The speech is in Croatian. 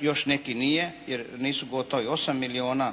još neki nije jer nisu gotovi. 8 milijuna